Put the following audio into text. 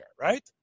right